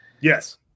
Yes